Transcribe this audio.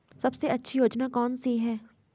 सबसे अच्छी योजना कोनसी है?